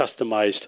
customized